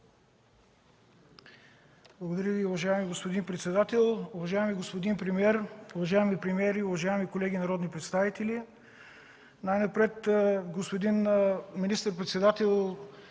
Благодаря Ви, уважаеми господин председател. Уважаеми господин премиер, уважаеми вицепремиери, уважаеми колеги народни представители! Най-напред, господин министър-председател,